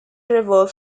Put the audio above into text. river